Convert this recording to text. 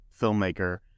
filmmaker